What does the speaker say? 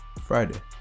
Friday